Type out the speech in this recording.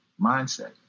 mindset